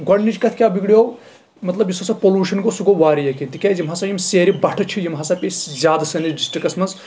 گۄٕٚنِچ کَتھ کیاہ بِگڑیو مطلب یُس ہسا پوٚلُوشن گوٚو سُہ گوٚو واریاہ کیٚنہہ تِکیازِ یِم ہسا یِم سیرِ بَٹھٕ چھِ یِم ہسا پیٚیہِ زیادٕ سٲنِس ڈسٹرکس منٛز